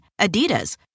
Adidas